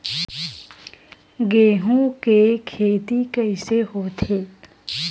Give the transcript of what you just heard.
गेहूं के खेती कइसे होथे?